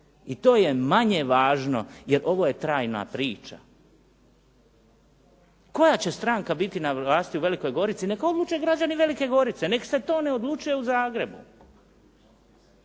i to je manje važno jer ovo je trajna priča. Koja će stranka biti na vlasti u Velikoj Gorici neka odluče građani Velike Gorice, nek se to ne odlučuje u Zagrebu.